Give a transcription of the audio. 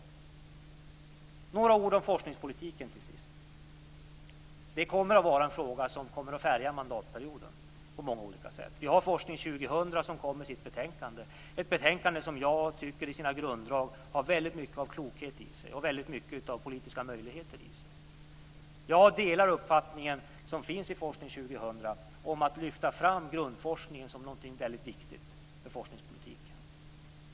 Till sist vill jag säga några ord om forskningspolitiken. Det är en fråga som kommer att färga mandatperioden på många olika sätt. Forskning 2000 kom nyss med sitt betänkande, ett betänkande som jag tycker i sina grunddrag har väldigt mycket klokhet och politiska möjligheter i sig. Jag delar uppfattningen hos Forskning 2000 om att lyfta fram grundforskningen som någonting väldigt viktigt för forskningspolitiken.